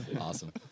awesome